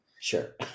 Sure